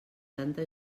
tanta